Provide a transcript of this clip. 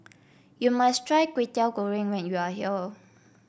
you must try Kwetiau Goreng when you are here